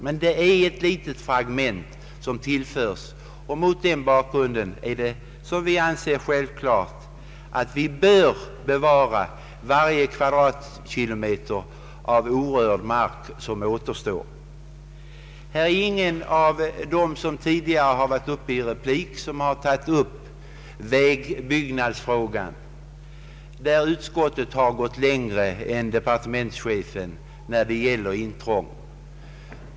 Men det är ett litet fragment som tillförs, och mot den bak grunden anser vi självklart att vi bör bevara varje kvadratkilometer som återstår av orörd natur. Ingen av dem som tidigare varit uppe i replik har behandlat vägbyggnadsfrågan. Där har utskottet gått längre än departementschefen när det gäller intrång.